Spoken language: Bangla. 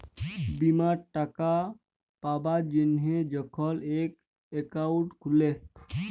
বীমার টাকা পাবার জ্যনহে যখল ইক একাউল্ট খুলে